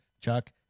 chuck